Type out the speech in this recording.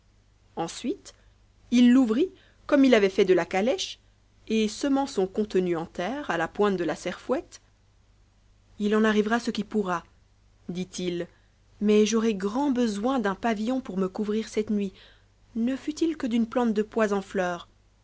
ensuite il l'ouvrit comme il avait fait de la calèche et semant son contenu en terre à la pointe de la serfouette en arrivera ce qui pourra dit-il mais j'aurais grand besoin d'un pavillon pour me couvrir cette nuit ne fut-il que d'une plante de pois en fleur